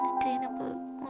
Attainable